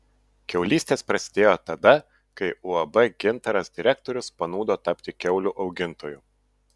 kiaulystės prasidėjo tada kai uab gintaras direktorius panūdo tapti kiaulių augintoju